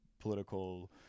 political